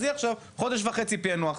אז יהיה עכשיו חודש וחצי פענוח.